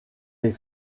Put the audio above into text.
les